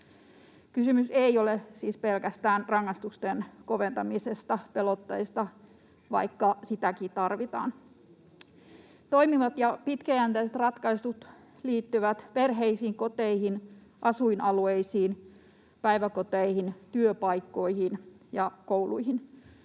Kysymys ei ole siis pelkästään rangaistusten koventamisesta, pelotteista, vaikka sitäkin tarvitaan. Toimivat ja pitkäjänteiset ratkaisut liittyvät perheisiin, koteihin, asuinalueisiin, päiväkoteihin, työpaikkoihin ja kouluihin,